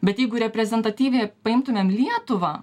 bet jeigu reprezentatyviai paimtumėm lietuvą